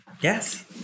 Yes